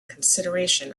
consideration